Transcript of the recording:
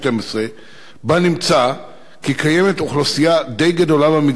ובה נמצא כי קיימת אוכלוסייה די גדולה במגזר שיש בידיה